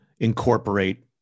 incorporate